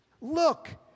Look